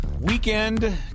weekend